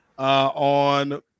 On